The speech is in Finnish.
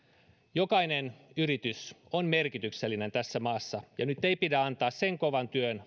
jokainen yritys on merkityksellinen tässä maassa ja nyt ei pidä antaa valua hukkaan sen kovan työn